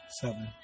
Seven